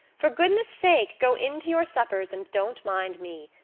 for goodness' sake go in to your suppers and don't mind me.